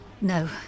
No